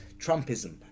Trumpism